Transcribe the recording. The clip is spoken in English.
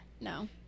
no